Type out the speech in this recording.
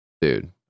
Dude